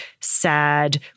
sad